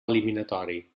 eliminatori